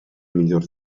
miglior